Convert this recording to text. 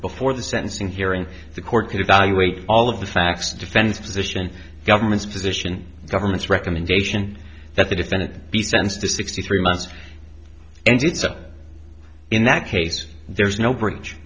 before the sentencing hearing the court could evaluate all of the facts defense position government's position government's recommendation that the defendant be sentenced to sixty three months and it sucked in that case there is no bridge